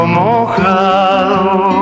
mojado